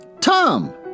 Tom